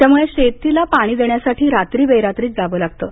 त्यामुळे शेतीला पाणी देण्यासाठी रात्री बेरात्रीच जावं लागतं